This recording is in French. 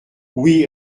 oui